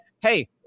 hey